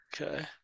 Okay